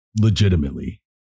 Legitimately